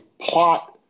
plot